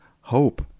hope